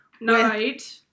Night